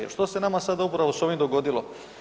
Jer što se nama sad upravo s ovim dogodilo?